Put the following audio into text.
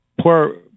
poor